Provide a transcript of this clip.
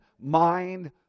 mind